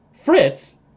Fritz